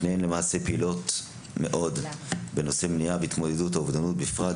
שתיהן מאוד פעילות בנושא מניעה והתמודדות עם האובדנות בפרט,